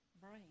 brain